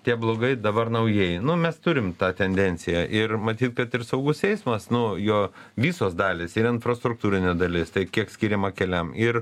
tie blogai dabar naujai nu mes turim tą tendenciją ir matyt kad ir saugus eismas nu jo visos dalys ir infrastruktūrinė dalis tai kiek skiriama keliam ir